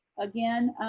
again,